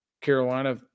Carolina